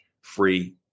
Free